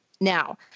now